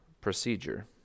procedure